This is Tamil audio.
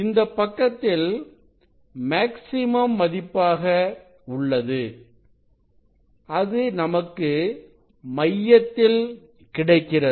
இந்தப் பக்கத்தில் மேக்ஸிமம் மதிப்பாக உள்ளது அது நமக்கு மையத்தில் கிடைக்கிறது